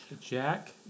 Jack